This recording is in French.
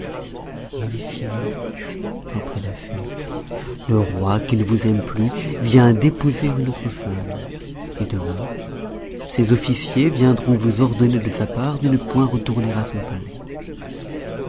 il est fini reprit la fée le roi qui ne vous aime plus vient d'épouser une autre femme et demain ses officiers viendront vous ordonner de sa part de ne point retourner à son palais